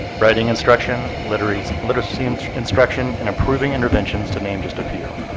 writing instruction, literacy literacy and instruction, and improving interventions to name just a few.